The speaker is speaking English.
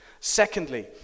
Secondly